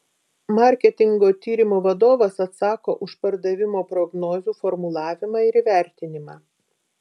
marketingo tyrimo vadovas atsako už pardavimo prognozių formulavimą ir įvertinimą